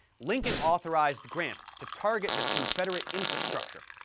lincoln authorized grant to target the confederate infrastructure,